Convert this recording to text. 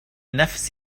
نفس